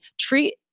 treat